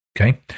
Okay